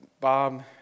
Bob